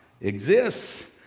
exists